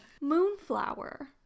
moonflower